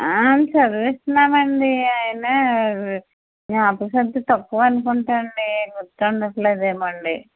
చదివిస్తున్నాము అండి అయినా జ్ఞాపకశక్తి తక్కువ అనుకుంటా అండి గుర్తు ఉండట్లేదేమో అండి